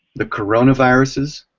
the coronaviruses,